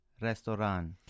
Restaurant